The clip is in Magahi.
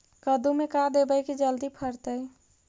कददु मे का देबै की जल्दी फरतै?